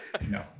No